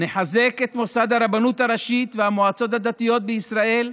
נחזק את מוסד הרבנות הראשית והמועצות הדתיות בישראל,